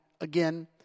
again